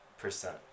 percent